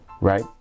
right